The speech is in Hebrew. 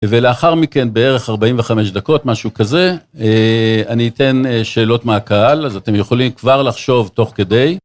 ולאחר מכן, בערך 45 דקות, משהו כזה, אני אתן שאלות מהקהל, אז אתם יכולים כבר לחשוב תוך כדי.